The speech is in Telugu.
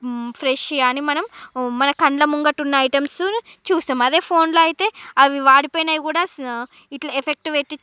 ఫ్రెషియా అని మనం మన కండ్ల ముందట ఉన్న ఐటెంసు చూస్తాము అదే ఫోన్లో అయితే అవి వాడిపోయినవి కూడ ఇట్ల ఎఫెక్ట్ పెట్టి